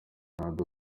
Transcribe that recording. ronaldo